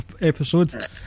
episode